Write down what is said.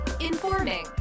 Informing